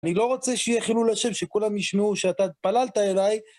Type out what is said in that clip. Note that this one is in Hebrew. אני לא רוצה שיהיה חילול השם שכולם ישמעו שאתה התפללת אליי.